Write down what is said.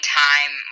time